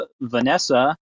Vanessa